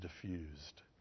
diffused